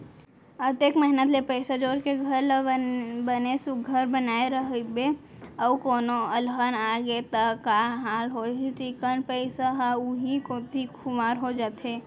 अतेक मेहनत ले पइसा जोर के घर ल बने सुग्घर बनाए रइबे अउ कोनो अलहन आगे त का हाल होही चिक्कन पइसा ह उहीं कोती खुवार हो जाथे